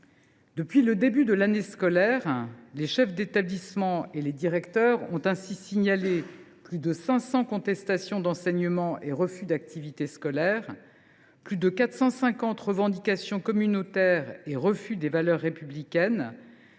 Depuis le début de l’année scolaire, les chefs d’établissement et les directeurs d’école ont ainsi signalé plus de 500 contestations d’enseignement et refus d’activité scolaire, plus de 450 revendications communautaires et refus des valeurs républicaines,